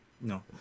no